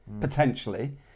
potentially